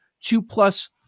two-plus